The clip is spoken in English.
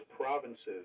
provinces